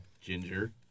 Ginger